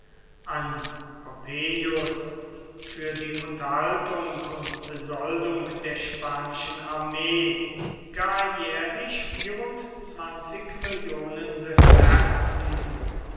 an pompeius für die unterhaltung und besoldung der spanischen armee gar jährlich